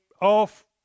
off